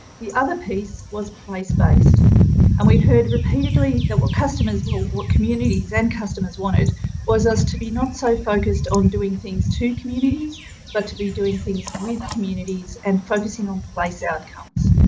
the other piece was placed based and we heard repeatedly that what customers will, what communities and customers wanted was us to be not so focused on doing things to communities but to be doing things with communities and focusing on place outcomes.